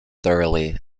thoroughly